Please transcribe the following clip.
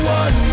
one